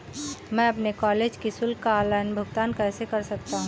मैं अपने कॉलेज की शुल्क का ऑनलाइन भुगतान कैसे कर सकता हूँ?